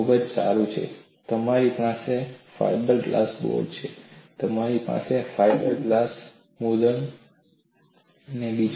ખૂબ સારું તમારી પાસે ફાઇબર ગ્લાસ બોર્ડ છે તમારી પાસે ફાઇબર ગ્લાસ મૃદંગમ છે અને બીજું